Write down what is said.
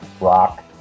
rock